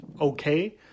okay